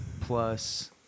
plus